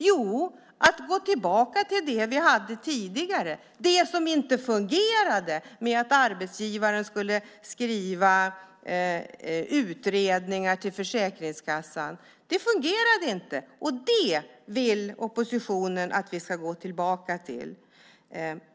Jo, att man ska gå tillbaka till det vi hade tidigare, det som inte fungerade med att arbetsgivaren skulle skriva utredningar till Försäkringskassan. Det fungerade inte. Det vill oppositionen att vi ska gå tillbaka till.